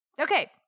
Okay